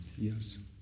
Yes